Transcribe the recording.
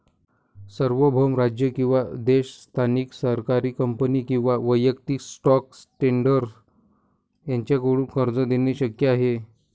सार्वभौम राज्य किंवा देश स्थानिक सरकारी कंपनी किंवा वैयक्तिक स्टॉक ट्रेडर यांच्याकडून कर्ज देणे शक्य आहे